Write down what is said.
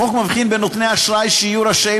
החוק מבחין בין נותני אשראי שיהיו רשאים